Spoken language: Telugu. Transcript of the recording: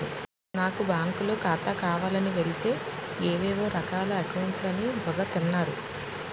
నాకు బాంకులో ఖాతా కావాలని వెలితే ఏవేవో రకాల అకౌంట్లు అని బుర్ర తిన్నారు